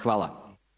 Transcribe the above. Hvala.